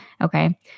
Okay